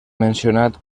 mencionat